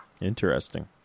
interesting